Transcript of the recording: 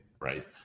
right